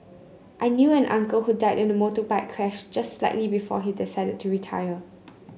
I knew an uncle who died in a motorbike crash just slightly before he decided to retire